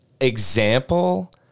example